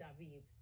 david